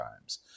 times